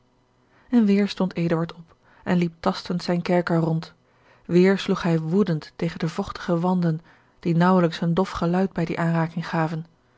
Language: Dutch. en weêr stond eduard op en liep tastend zijn kerker rond weêr sloeg hij woedend tegen de vochtige wanden die nauwelijks een dof geluid bij die aanraking gaven